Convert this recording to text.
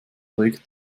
regt